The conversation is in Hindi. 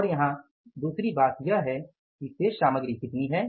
और यहाँ दूसरी बात यह है कि शेष सामग्री कितनी है